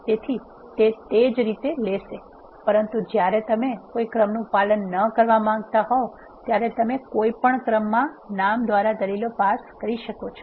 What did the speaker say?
તેથી તે તે જ રીતે લેશે પરંતુ જ્યારે તમે કોઈ ક્રમનુ પાલન ન કરવા માંગતા હો ત્યારે તમે કોઈપણ ક્રમમાં નામ દ્વારા દલીલો પસાર કરી શકો છો